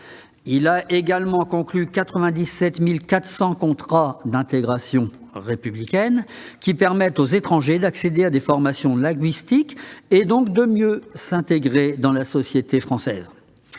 Il a également conclu 97 940 contrats d'intégration républicaine, qui permettent aux étrangers d'accéder à des formations linguistiques, donc de mieux s'intégrer à la société française.